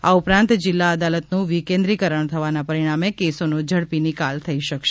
આ ઉપરાંત જિલ્લા અદાલતનું વિકેન્દ્રીકરણ થવાના પરિણામે કેસોનો ઝડપી નિકાલ થઈ શકશે